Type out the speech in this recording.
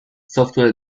software